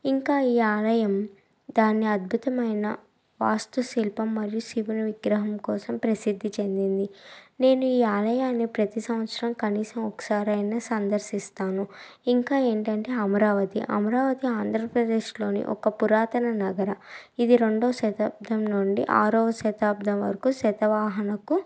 ఇంకా ఈ ఆలయం దాన్ని అద్భుతమైన వాస్తు శిల్పం మరియు శివుని విగ్రహం కోసం ప్రసిద్ది చెందింది నేనీ ఆలయాన్నీ ప్రతి సంవత్సరం కనీసం ఒకసారైనా సందర్శిస్తాను ఇంకా ఏంటంటే అమరావతి అమరావతి ఆంద్రప్రదేశ్లోని ఒక పురాతన నగర ఇది రెండో శతాబ్దం నుండి ఆరోవ శతాబ్దం వరకు శతవాహనకు